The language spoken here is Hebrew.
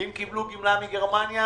ואם קיבלו גמלה מגרמניה,